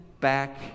back